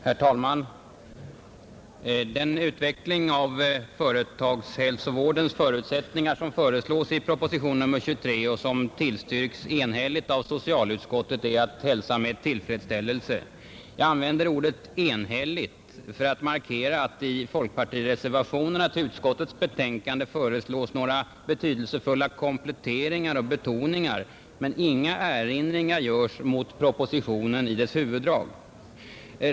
Herr talman! Den utveckling av företagshälsovårdens förutsättningar som föreslås i proposition nr 23 och som tillstyrks enhälligt av socialutskottet är att hälsa med tillfredsställelse. Jag använder ordet enhälligt för att markera att det i folkpartireservationerna till utskottets betänkande föreslås några betydelsefulla kompletteringar och betoningar, men inga erinringar görs mot propositionen i dess huvuddrag.